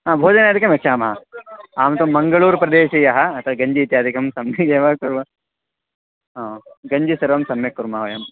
हा भोजनादिकं यच्छामः अहं तु मङ्गलूरुप्रदेशीयः अतः गञ्जी इत्यादिकं सम्यगेव कुर्व हा गञ्जी सर्वं सम्यक् कुर्मः वयम्